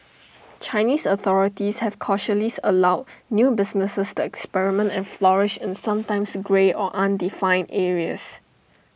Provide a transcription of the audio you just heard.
Chinese authorities have cautiously allowed new businesses to experiment and flourish in sometimes grey or undefined areas